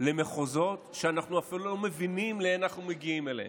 למחוזות שאנחנו אפילו לא מבינים שאנחנו מגיעים אליהם.